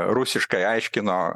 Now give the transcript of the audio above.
rusiškai aiškino